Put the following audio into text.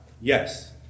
Yes